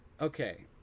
Okay